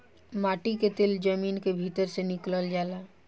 माटी के तेल जमीन के भीतर से निकलल जाला